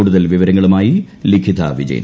കൂടുതൽ വിവരങ്ങളുമായി ലിഖിത വിജയൻ